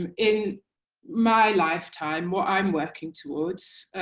um in my lifetime what i'm working toward,